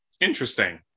Interesting